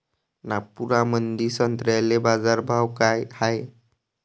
नागपुरामंदी संत्र्याले बाजारभाव काय हाय?